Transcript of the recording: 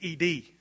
ed